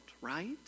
right